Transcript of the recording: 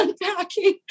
unpacking